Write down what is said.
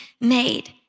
made